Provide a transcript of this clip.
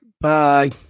bye